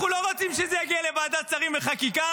אנחנו לא רוצים שזה יגיע לוועדת השרים לחקיקה,